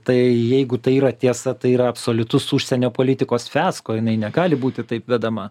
tai jeigu tai yra tiesa tai yra absoliutus užsienio politikos fiasko jinai negali būti taip vedama